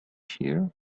here